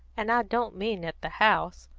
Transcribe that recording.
and i don't mean at the house,